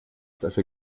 dafür